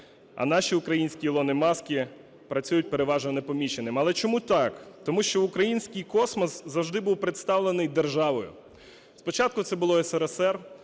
А наші українські Ілони Маски працюють переважно непоміченими. Але чому так? Тому що український космос завжди був представлений державою. Спочатку це було СРСР,